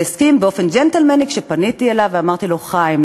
והסכים באופן ג'נטלמני כשפניתי אליו ואמרתי לו: חיים,